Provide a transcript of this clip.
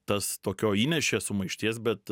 tas tokio įnešė sumaišties bet